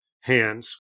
hands